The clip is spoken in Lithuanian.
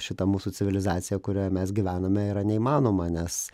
šita mūsų civilizacija kurioje mes gyvename yra neįmanoma nes